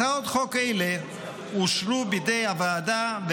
הצעות חוק אלה אושרו בידי הוועדה,